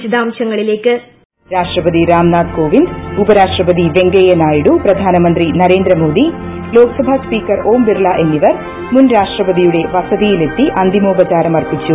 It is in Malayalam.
വോയിസ് രാഷ്ടപതി രാംനാഥ് കോവിന്ദ് ഉപരാഷ്ട്രപതി വെങ്കയ്യ നായിഡു പ്രധാനമന്ത്രി നരേന്ദ്രമോദി ലോക്സഭാ സ്പീക്കർ ഓംബിർള എന്നി വർ മുൻരാഷ്ട്രപതിയുടെ വസതിയിലെത്തി അന്തിമോപചാരം അർപ്പി ച്ചു